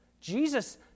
Jesus